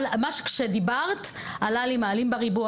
כשדיברת עלה לי: מעלים בריבוע,